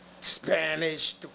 Spanish